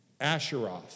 Asheroth